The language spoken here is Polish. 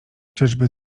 czyżby